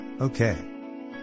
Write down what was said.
okay